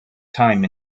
time